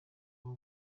aho